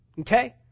Okay